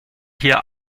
hier